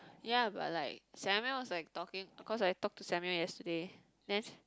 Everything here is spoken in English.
ya but like Samuel was like talking of course I talk to Samuel yesterday then